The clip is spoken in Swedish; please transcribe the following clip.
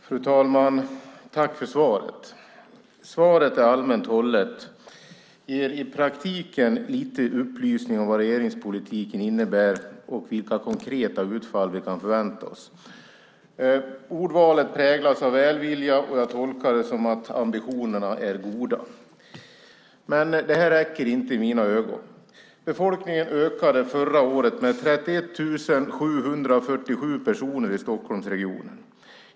Fru talman! Jag tackar för svaret. Det är allmänt hållet och ger i praktiken lite upplysning om vad regeringspolitiken innebär och vilka konkreta utfall vi kan förvänta oss. Ordvalet präglas av välvilja, och jag tolkar det som att ambitionerna är goda. Men det räcker inte i mina ögon. Befolkningen ökade förra året med 31 747 personer i Stockholmsregionen.